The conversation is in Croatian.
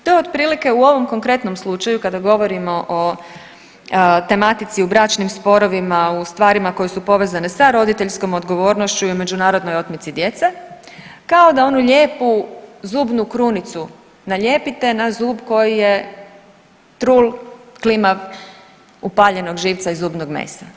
To je u otprilike u ovom konkretnom slučaju kada govorimo o tematici u bračnim sporovima, u stvarima koje su povezane sa roditeljskom odgovornošću i međunarodnoj otmici djece kao da onu lijepu zubnu krunicu nalijepite na zub koji je trul, klimav, upaljenog živca i zubnog mesa.